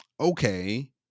Okay